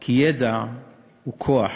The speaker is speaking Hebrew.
כי ידע הוא כוח,